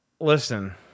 Listen